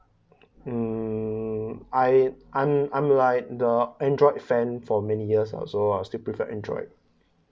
mm I I'm I'm like the android fan for many years uh so I will still prefer android